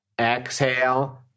Exhale